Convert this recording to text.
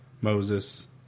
Moses